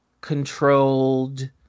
controlled